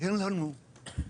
אין לנו מנוחה.